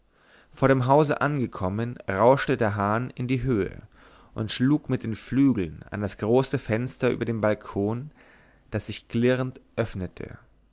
vor dem hause angekommen rauschte der hahn in die höhe und schlug mit den flügeln an das große fenster über dem balkon das sich klirrend öffnete